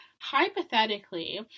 hypothetically